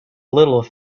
little